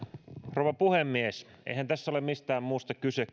rouva puhemies eihän tässä ole mistään muusta kyse